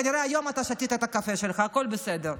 כנראה היום אתה שתית את הקפה שלך, הכול בסדר.